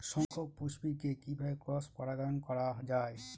শঙ্খপুষ্পী কে কিভাবে ক্রস পরাগায়ন করা যায়?